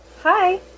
Hi